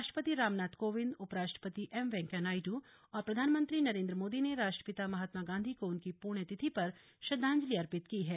राष्ट्रपति रामनाथ कोविंद उपराष्ट्रपति एम वैंकेया नायडू और प्रधानमंत्री नरेन्द् मोदी ने राष्ट्रपिता महात्मा गांधी को उनकी पुण्यतिथि पर श्रद्धांजलि अर्पित की है